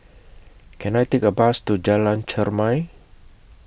Can I Take A Bus to Jalan Chermai